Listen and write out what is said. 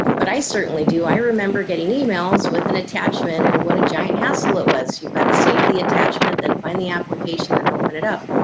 but i certainly do i remember remember getting emails with an attachment and what a giant hassle it was you've got to save the attachment then find the application and open it up.